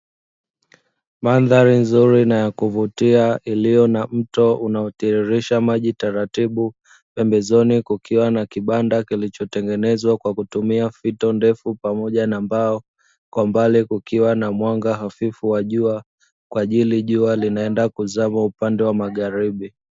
Mandhari nzuri na ya kuvutia iliyo na mto unaotiririsha maji taratibu pembezoni kukiwa na kibanda kilichotengenezwa kawa kutumia fito ndefu pamoja na mbao kwa mbali kukiwa na mwanga hafifu wa jua kwa ajili jua linaenda kuzama upande wa magharibi.